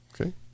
Okay